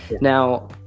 Now